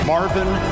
Marvin